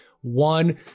one